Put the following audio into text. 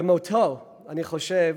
במותו, אני חושב,